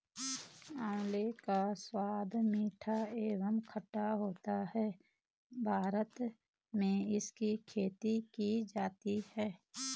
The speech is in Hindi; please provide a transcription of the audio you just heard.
आंवले का स्वाद मीठा एवं खट्टा होता है भारत में इसकी खेती की जाती है